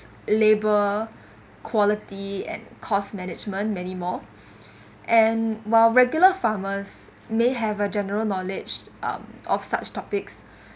labour quality and cost management many more and while regular farmers may have a general knowledge um of such topics